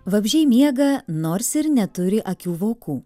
vabzdžiai miega nors ir neturi akių vokų